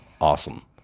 awesome